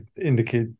indicate